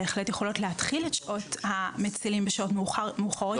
הן בהחלט יכולות להתחיל את שעות המצילים בשעות מאוחרות יותר.